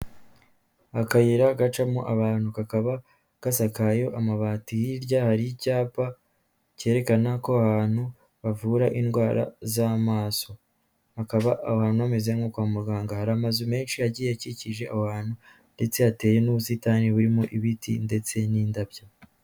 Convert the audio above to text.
Akayira gacamo abantu kakaba gasakaye amabati, hirya hari icyapa cyerekana ko aha hantu bavura indwara z'amaso. Hakaba aho hantu hameze nko kwa muganga hari amazu menshi agiye akikije abantu ndetse hateye n'ubusitani burimo ibiti ndetse n'indabyo.